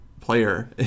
player